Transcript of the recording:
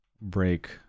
break